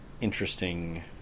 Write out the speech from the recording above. interesting